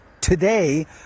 today